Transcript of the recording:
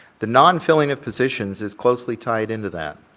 the non-filling of positions is closely tied into that